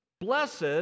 Blessed